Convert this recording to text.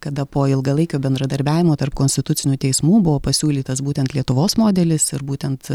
kada po ilgalaikio bendradarbiavimo tarp konstitucinių teismų buvo pasiūlytas būtent lietuvos modelis ir būtent